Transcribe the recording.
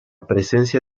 presencia